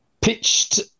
Pitched